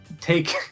take